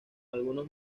algunos